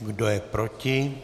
Kdo je proti?